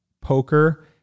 poker